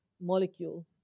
molecule